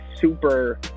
super